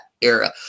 era